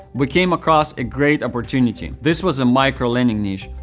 we came across a great opportunity. this was a micro-lending niche,